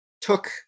took